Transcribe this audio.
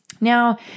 Now